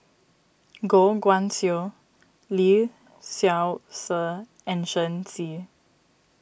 Goh Guan Siew Lee Seow Ser and Shen Xi